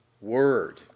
word